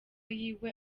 yiwe